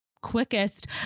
quickest